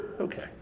Okay